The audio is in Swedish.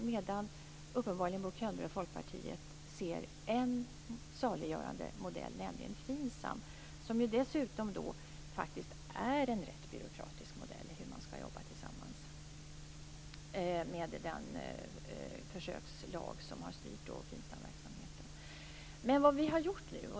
Bo Könberg och Folkpartiet ser däremot uppenbarligen en saliggörande modell, nämligen FINSAM. Det är ju dessutom en ganska byråkratisk modell för hur man skall jobba tillsammans, med den försökslag som har styrt FINSAM-verksamheten.